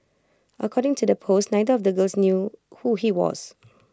according to the post neither of the girls knew who he was